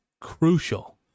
crucial